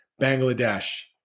Bangladesh